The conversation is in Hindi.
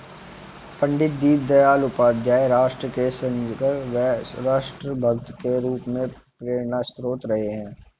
पण्डित दीनदयाल उपाध्याय राष्ट्र के सजग व राष्ट्र भक्त के रूप में प्रेरणास्त्रोत रहे हैं